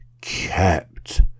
kept